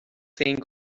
saying